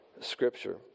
Scripture